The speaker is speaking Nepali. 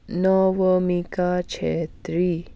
नवमिका छेत्री